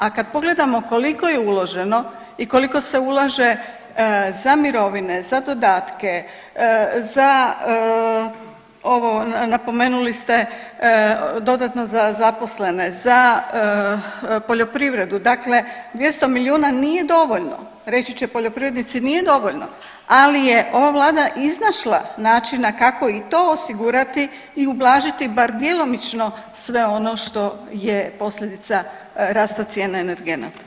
A kad pogledamo koliko je uloženo i koliko se ulaže za mirovine, za dodatke, za ovo napomenuli ste dodatno za zaposlene, za poljoprivredu, dakle 200 milijuna nije dovoljno, reći će poljoprivrednici nije, ali je ova vlada iznašla načina kako i to osigurati i ublažiti bar djelomično sve ono što je posljedica rasta cijena energenata.